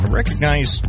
recognize